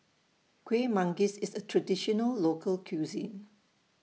Kuih Manggis IS A Traditional Local Cuisine